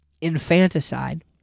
infanticide